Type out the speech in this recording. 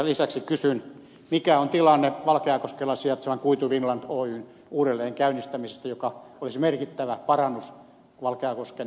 lisäksi kysyn mikä on tilanne valkeakoskella sijaitsevan kuitu finland oyn uudelleenkäynnistämisessä joka olisi merkittävä parannus valkeakosken vaikeaan työllisyystilanteeseen